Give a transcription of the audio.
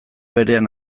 berean